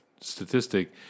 statistic